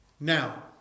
Now